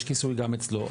יש כיסוי גם אצלו,